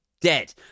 dead